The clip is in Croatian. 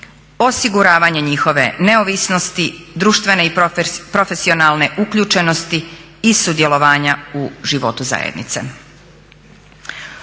osiguravanje njihove neovisnosti, društvene i profesionalne uključenosti i sudjelovanja u životu zajednice.